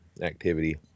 activity